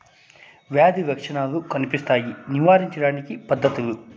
వ్యాధి లక్షణాలు కనిపిస్తాయి నివారించడానికి పద్ధతులు?